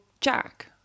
Jack